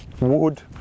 wood